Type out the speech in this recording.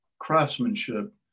craftsmanship